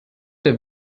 der